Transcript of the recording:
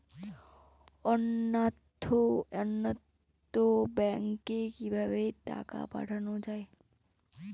অন্যত্র ব্যংকে কিভাবে টাকা পাঠানো য়ায়?